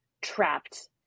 trapped